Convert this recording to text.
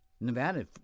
Nevada